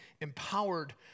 empowered